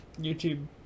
youtube